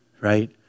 right